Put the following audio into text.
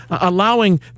allowing